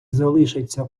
залишаться